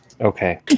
Okay